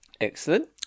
Excellent